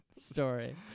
story